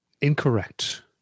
Incorrect